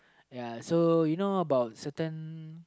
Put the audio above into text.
ya so you know about certain